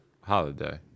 holiday